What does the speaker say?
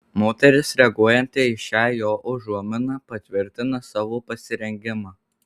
moteris reaguojanti į šią jo užuominą patvirtina savo pasirengimą